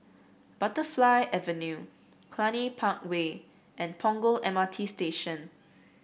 Butterfly Avenue Cluny Park Way and Punggol M R T Station